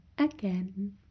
again